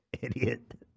Idiot